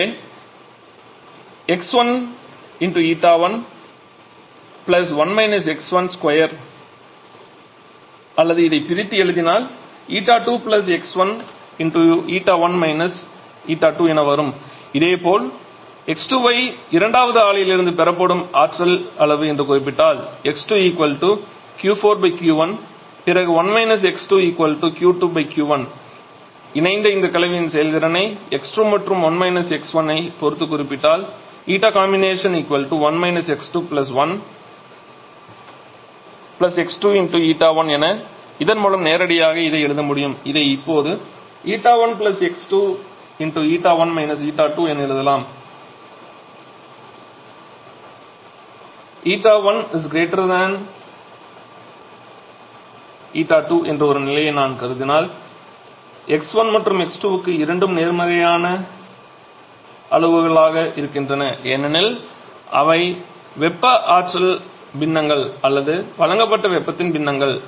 எனவே 𝑥1 𝜂1 1 − 𝑥1 2 அல்லது இதை பிரித்து எழுதினால் 𝜂2 𝑥1 𝜂1 − 𝜂2 இதேபோல் x2 வை இரண்டாவது ஆலையில் இருந்து பெறப்படும் ஆற்றல் அளவு என்று குறிப்பிட்டால் 𝑥2𝑄4𝑄1 பிறகு 1 𝑥2 𝑄2 𝑄1 இணைந்த இந்த கலவையின் செயல்திறனை x2 மற்றும் ஐ பொருத்து குறிப்பிட்டால் 𝜂𝐶𝑜𝑚𝑏 1 − 𝑥2 1 𝑥2 𝜂2 என இதன் மூலம் நேரடியாக இதை எழுத முடியும் இதை இப்போது 𝜂1 𝑥2 𝜂1 − 𝜂2 என எழுதலாம் η1 η2 என்ற ஒரு நிலையை நாம் கருதினால் x1 மற்றும் x2 க்கு இரண்டும் நேர்மறையான அளவுகளாக இருக்கின்றன ஏனெனில் அவை வெப்ப ஆற்றல் பின்னங்கள் அல்லது வழங்கப்பட்ட வெப்பத்தின் பின்னங்கள்